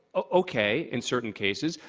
okay in certain cases.